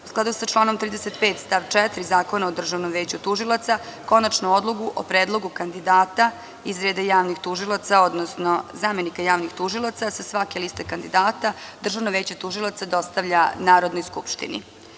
U skladu sa članom 35. stav 4. Zakona o Državnom veću tužilaca, konačnu odluku o predlogu kandidata iz reda javnih tužilaca, odnosno zamenika javnih tužilaca sa svake liste kandidata Državno veće tužilaca dostavlja Narodnoj skupštini.